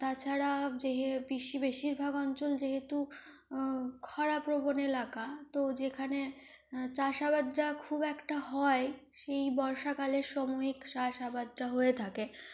তাছাড়া যেহে বেশি বেশিরভাগ অঞ্চল যেহেতু খরাপ্রবণ এলাকা তো যেখানে চাষাবাদটা খুব একটা হয় সেই বর্ষাকালের সময়ে চাষাবাদটা হয়ে থাকে